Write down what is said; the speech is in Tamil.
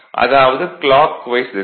அதாவது கிளாக்வைஸ் திசை